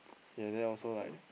he at there also like